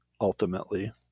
ultimately